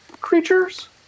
creatures